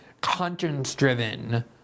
conscience-driven